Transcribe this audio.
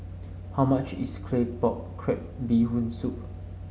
how much is Claypot Crab Bee Hoon Soup